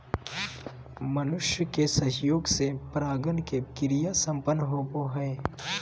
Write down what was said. मनुष्य के सहयोग से परागण के क्रिया संपन्न होबो हइ